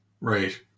right